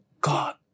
God